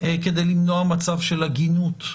כדי למנוע מצב של עגינות.